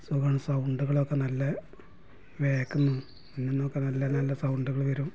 സുഖമാണ് സൗണ്ടുകളൊക്കെ നല്ല മുന്നിൽനിന്നൊക്കെ നല്ല നല്ല സൗണ്ടുകൾ വരും